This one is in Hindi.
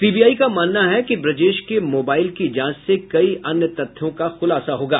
सीबीआई का मामना है कि ब्रजेश के मोबाईल की जांच से कई अन्य तथ्यों का खुलासा होगा